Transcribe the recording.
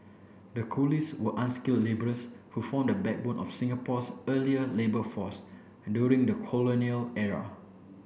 the coolies were unskilled labourers who formed the backbone of Singapore's earlier labour force during the colonial era